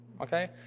okay